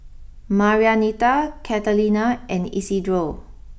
Marianita Catalina and Isidro